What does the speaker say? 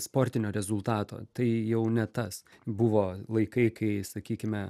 sportinio rezultato tai jau ne tas buvo laikai kai sakykime